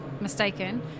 mistaken